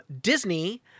Disney